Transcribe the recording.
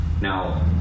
Now